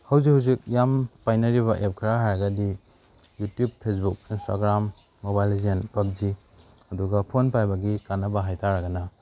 ꯍꯧꯖꯤꯛ ꯍꯧꯖꯤꯛ ꯌꯥꯝꯅ ꯄꯥꯏꯅꯔꯤꯕ ꯑꯦꯞ ꯈꯔ ꯍꯥꯏꯔꯒꯗꯤ YouTube Facebook Instagram mobile legend PUBG ꯑꯗꯨꯒ ꯐꯣꯟ ꯄꯥꯏꯕꯒꯤ ꯀꯥꯟꯅꯕ ꯍꯥꯏꯕ ꯇꯥꯔꯒꯅ